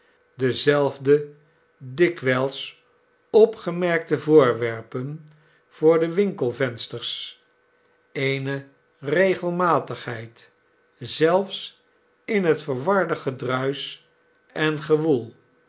dezelfde dikwijls opgemerkte voorwerpen voor de winkelvensters eene regelmatigheid zelfs in het verwarde gedruis en gewoel